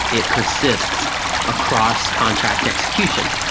it persists across contract execution,